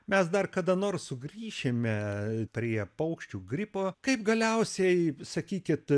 mes dar kada nors sugrįšime prie paukščių gripo kaip galiausiai sakykit